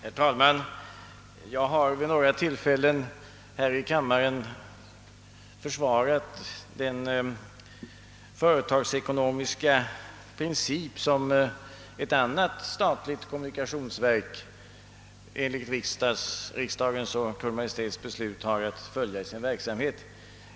Herr talman! Jag har vid några tillfällen här i kammaren försvarat den företagsekonomiska princip som ett annat statligt kommunikationsverk enligt riksdagens och Kungl. Maj:ts beslut har att tillämpa.